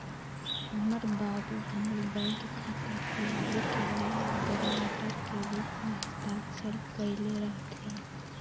हमर बाबू हमर बैंक खता खुलाबे के लेल गरांटर के रूप में हस्ताक्षर कयले रहथिन